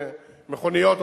מכוניות,